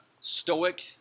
stoic